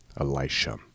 Elisha